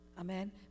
Amen